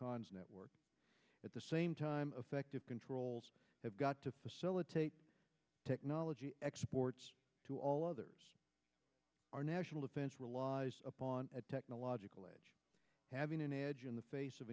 khan's network at the same time affective control have got to facilitate technology exports to all of our national defense relies upon a technological edge having an edge in the face of